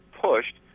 pushed